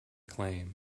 claim